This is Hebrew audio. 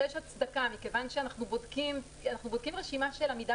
יש הצדקה מכיוון שאנחנו בודקים רשימה של עמידה